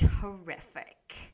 terrific